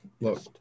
Look